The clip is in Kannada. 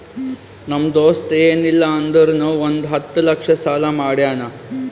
ನಮ್ ದೋಸ್ತ ಎನ್ ಇಲ್ಲ ಅಂದುರ್ನು ಒಂದ್ ಹತ್ತ ಲಕ್ಷ ಸಾಲಾ ಮಾಡ್ಯಾನ್